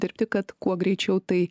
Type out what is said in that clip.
dirbti kad kuo greičiau tai